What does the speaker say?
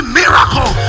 miracle